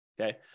Okay